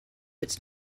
its